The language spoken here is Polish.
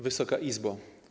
Wysoka Izbo!